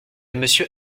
monsieur